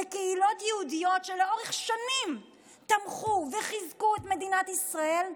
בקהילות יהודיות שלאורך שנים תמכו וחיזקו את מדינת ישראל,